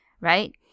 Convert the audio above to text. right